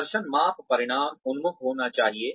प्रदर्शन माप परिणाम उन्मुख होना चाहिए